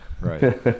Right